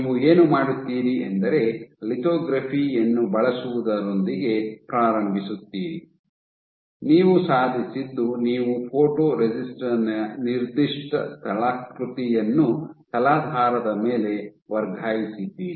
ನೀವು ಏನು ಮಾಡುತ್ತೀರಿ ಎಂದರೆ ಲಿಥೊಗ್ರಫಿ ಯನ್ನು ಬಳಸುವುದರೊಂದಿಗೆ ಪ್ರಾರಂಭಿಸುತ್ತೀರಿ ನೀವು ಸಾಧಿಸಿದ್ದು ನೀವು ಫೋಟೊರೆಸಿಸ್ಟ್ ನ ನಿರ್ದಿಷ್ಟ ಸ್ಥಳಾಕೃತಿಯನ್ನು ತಲಾಧಾರದ ಮೇಲೆ ವರ್ಗಾಯಿಸಿದ್ದೀರಿ